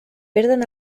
perden